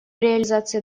реализации